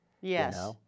Yes